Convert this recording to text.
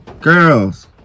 girls